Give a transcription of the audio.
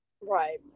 Right